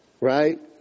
right